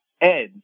Ed